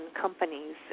companies